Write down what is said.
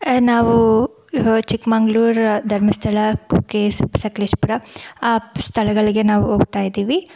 ನಾವು ಚಿಕ್ಮಂಗ್ಳೂರು ಧರ್ಮಸ್ಥಳ ಕುಕ್ಕೆ ಸಕಲೇಶಪುರ ಆ ಸ್ಥಳಗಳಿಗೆ ನಾವು ಹೋಗ್ತಾಯಿದ್ದೀವಿ